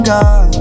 God